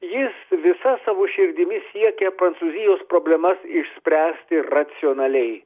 jis visa savo širdimi siekia prancūzijos problemas išspręsti racionaliai